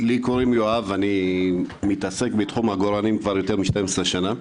אני מתעסק בתחום העגורנים כבר יותר מ-12 שנים.